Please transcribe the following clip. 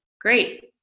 great